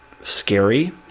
scary